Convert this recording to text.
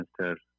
Minister